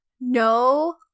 No